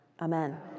Amen